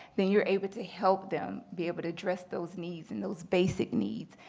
then you're able to help them be able to address those needs and those basic needs,